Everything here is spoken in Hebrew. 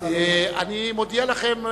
אני מודיע לכם,